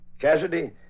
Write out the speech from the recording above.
Cassidy